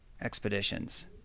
expeditions